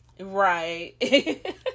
right